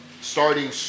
starting